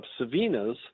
Savinas